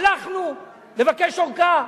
הלכנו לבקש ארכה.